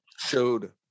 showed